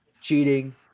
cheating